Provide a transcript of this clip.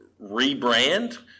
rebrand